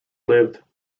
lived